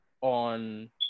on